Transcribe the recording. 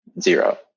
Zero